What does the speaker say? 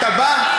אתה בא?